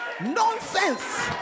nonsense